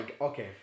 Okay